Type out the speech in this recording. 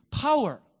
power